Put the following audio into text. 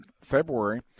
February